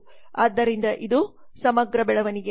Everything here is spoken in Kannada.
ಆದ್ದರಿಂದ ಇದು ಸಮಗ್ರ ಬೆಳವಣಿಗೆ